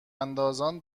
اندازان